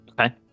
Okay